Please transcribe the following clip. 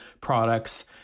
products